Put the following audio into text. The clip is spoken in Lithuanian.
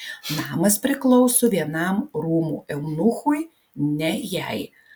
namas priklauso vienam rūmų eunuchui ne jai